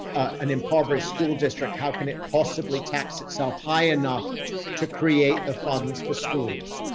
an impoverished school district, how can it possibly tax itself high enough to create the funds for schools?